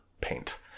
paint